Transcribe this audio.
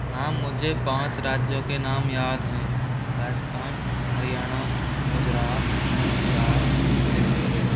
हाँ मुझे पाँच राज्यों के नाम याद हैं राजस्थान हरियाणा गुजरात पंजाब दिल्ली